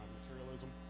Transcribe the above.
materialism